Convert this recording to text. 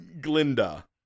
Glinda